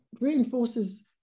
reinforces